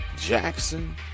Jackson